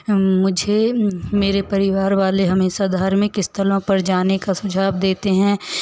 मुझे मेरे परिवार वाले हमेशा धार्मिक स्थलों पर जाने का सुझाव देते हैं